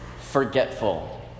forgetful